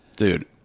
Dude